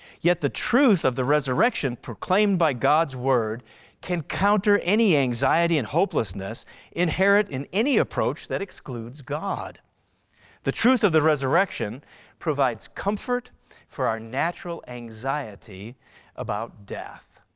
the truth of the resurrection proclaimed by god's word can counter any anxiety and hopelessness inherent in any approach that excludes god the truth of the resurrection provides comfort for our natural anxiety about death.